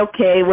okay